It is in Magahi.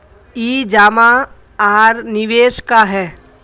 ई जमा आर निवेश का है?